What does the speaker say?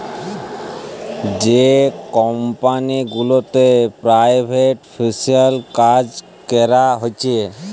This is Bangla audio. যে কমপালি গুলাতে পেরাইভেট ফিল্যাল্স কাজ ক্যরা হছে